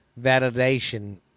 validation